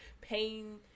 pain